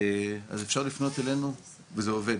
אז אפשר לפנות אלינו וזה עובד.